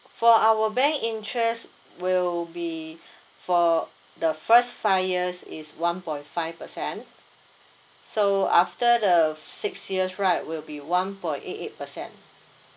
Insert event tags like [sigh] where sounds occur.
for our bank interest will be [breath] for the first five years is one point five percent so after the six years right will be one point eight eight percent